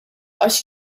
għax